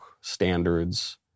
standards